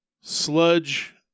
sludge